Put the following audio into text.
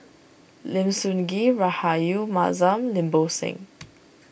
Lim Sun Gee Rahayu Mahzam Lim Bo Seng